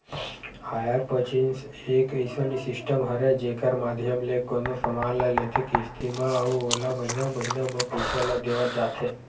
hire purchase एक अइसन system हरय जेखर माधियम ले कोनो समान ल लेथे किस्ती म अउ ओला महिना महिना म पइसा ल देवत जाथे